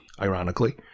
ironically